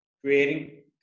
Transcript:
creating